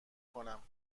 کنم